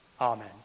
Amen